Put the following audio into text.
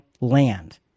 land